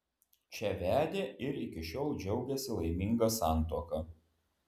čia vedė ir iki šiol džiaugiasi laiminga santuoka